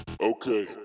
Okay